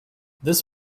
this